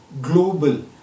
global